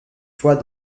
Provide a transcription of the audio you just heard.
fois